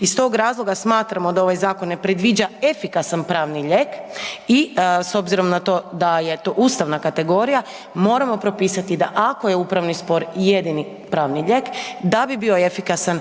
Iz tog razloga smatramo da ovaj zakon ne predviđa efikasan pravni lijek i s obzirom na to da je to ustavna kategorija, moramo propisati da ako je upravni spor jedini pravni lijek, da bi bio efikasan,